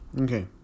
Okay